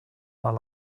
are